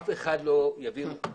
אף אחד לא יבין אותו.